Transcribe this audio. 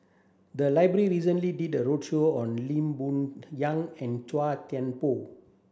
the library recently did a roadshow on Lee Boon Yang and Chua Thian Poh